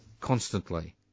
Constantly